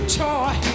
toy